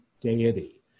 deity